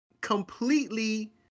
completely